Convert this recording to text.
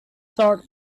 sort